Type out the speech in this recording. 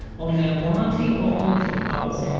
on their wildly popular podcast,